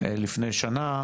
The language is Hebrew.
לפני שנה,